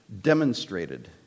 demonstrated